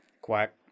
Quack